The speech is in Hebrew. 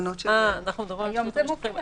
אתם מדברים על שירות משלוחים,